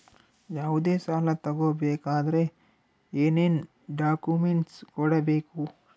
ಯಾವುದೇ ಸಾಲ ತಗೊ ಬೇಕಾದ್ರೆ ಏನೇನ್ ಡಾಕ್ಯೂಮೆಂಟ್ಸ್ ಕೊಡಬೇಕು?